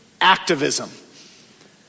activism